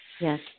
Yes